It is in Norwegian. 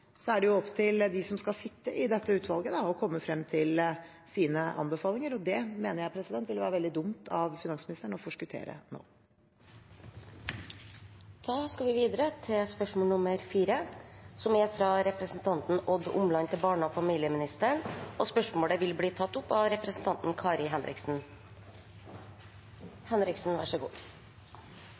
Så er det opp til dem som skal sitte i dette utvalget, å komme frem til sine anbefalinger, og det mener jeg vil være veldig dumt av finansministeren å forskuttere nå. Dette spørsmålet, fra representanten Odd Omland til barne- og familieministeren, vil bli tatt opp av representanten Kari Henriksen.